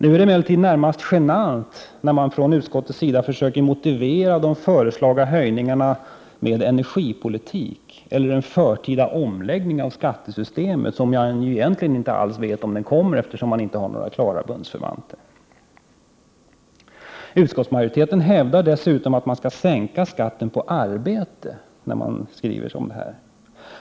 Nu är det emellertid närmast genant när man från utskottets sida försöker motivera de föreslagna höjningarna med energipolitik eller en förtida omläggning av skattesystemet, som vi egentligen inte vet om det skall ske, eftersom det inte finns några klara bundsförvanter. Utskottsmajoriteten hävdar dessutom att skatten på arbete skall sänkas.